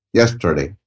yesterday